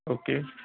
okay